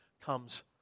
comes